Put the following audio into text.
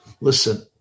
Listen